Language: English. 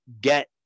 get